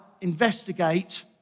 investigate